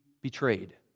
betrayed